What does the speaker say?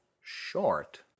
short